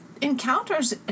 encounters